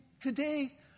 today